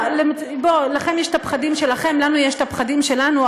לכם יש הפחדים שלכם, לנו יש הפחדים שלנו.